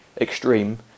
extreme